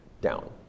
down